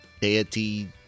deity